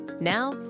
Now